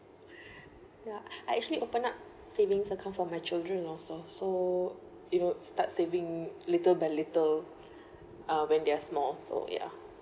ya I actually open up savings account for my children also so it'll start saving little by little uh when they're small so ya